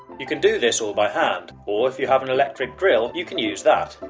you can do this all by hand, or if you have an electric drill you can use that.